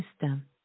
system